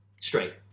straight